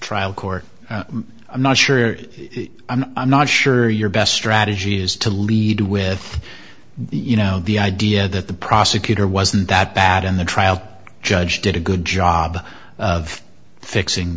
trial court i'm not sure i'm not sure your best strategy is to lead with the you know the idea that the prosecutor wasn't that bad in the trial judge did a good job of fixing